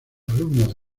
alumnos